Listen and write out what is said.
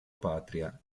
patria